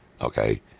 okay